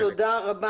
תודה רבה.